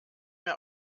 mir